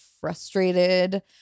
frustrated